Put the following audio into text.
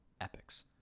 epics